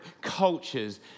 cultures